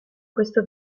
questo